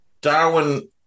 Darwin